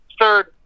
third